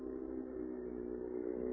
or